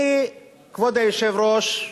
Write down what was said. כבוד היושב-ראש,